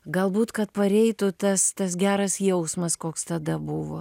galbūt kad pareitų tas tas geras jausmas koks tada buvo